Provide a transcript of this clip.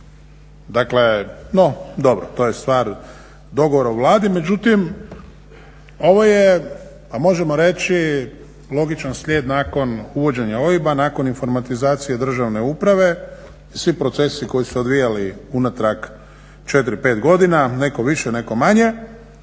No dobro, to je stvar dogovora u Vladi. Međutim, ovo je možemo reći logičan slijed nakon uvođenja OIB-a, nakon informatizacije državne uprave. Svi procesi koji su se odvijali unatrag 4-5 godina, netko više, netko manje